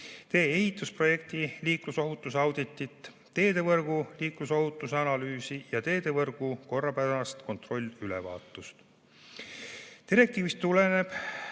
tee-ehitusprojekti liiklusohutuse auditit, teedevõrgu liiklusohutuse analüüsi ja teedevõrgu korrapärast kontrollülevaatust. Direktiivist tulenev